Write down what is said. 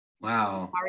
Wow